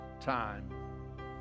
time